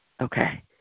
Okay